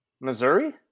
Missouri